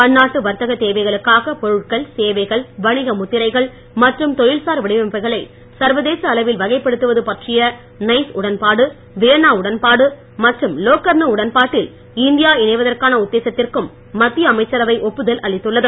பன்னாட்டு வர்த்தக தேவைகளுக்காக பொருட்கள் சேவைகள் வணிக முத்திரைகள் மற்றும் தொழில்சார் வடிவமைப்புகளை சர்வதேச அளவில் வகைப்படுத்துவது பற்றிய நைஸ் உடன்பாடு வியன்னா உடன்பாடு மற்றும் லோக்கர்னோ உடன்பாட்டில் இந்தியா இணைவதற்கான உத்தேசத்திற்கும் மத்திய அமைச்சரவை ஒப்புதல் அளித்துள்ளது